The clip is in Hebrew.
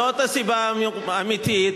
זאת הסיבה האמיתית.